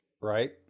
right